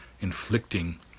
inflicting